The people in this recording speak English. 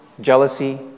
jealousy